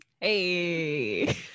Hey